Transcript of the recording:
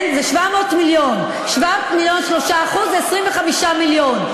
זה 25 מיליון.